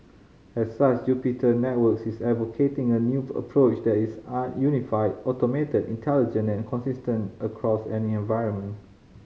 as such Networks is advocating a new approach that is an unified automated intelligent and consistent across any environment